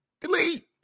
Delete